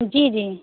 جی جی